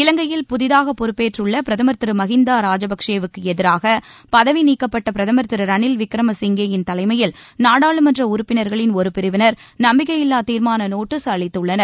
இலங்கையில் புதிதாக பொறுப்பேற்றுள்ள பிரதமர் திரு மகிந்தா ராஜபக்சே வுக்கு எதிராக பதவி நீக்கப்பட்ட பிரதமர் திரு ரணில் விக்ரம சிங்கே யின் தலைமையில் நாடாளுமன்ற உறுப்பினர்களின் ஒரு பிரிவினர் நம்பிக்கையில்லா தீர்மான நோட்டீஸ் அளித்துள்ளனர்